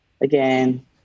Again